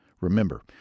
Remember